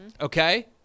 Okay